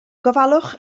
gofalwch